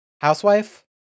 housewife